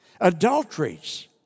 adulteries